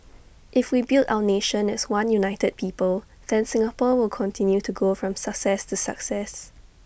if we build our nation as one united people then Singapore will continue to go from success to success